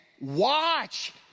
watch